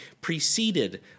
preceded